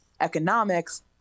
economics